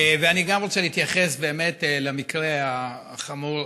וגם אני רוצה להתייחס למקרה החמור